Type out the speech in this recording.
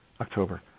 October